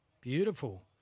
Beautiful